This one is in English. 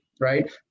right